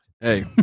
Hey